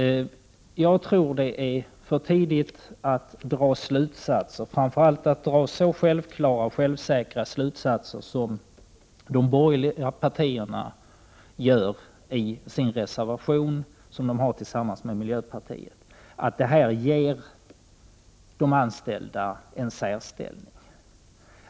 Jag tror att det är för tidigt att dra några slutsatser, framför allt så självklara och säkra slutsatser som de som de borgerliga partierna drar i den reservation som de har avgivit tillsammans med miljöpartiet och där de menar att de anställda här ges en särställning.